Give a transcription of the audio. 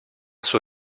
sua